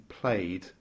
played